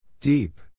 Deep